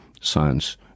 science